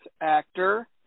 actor